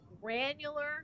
granular